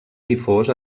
difós